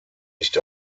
nicht